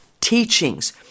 teachings